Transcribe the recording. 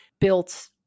built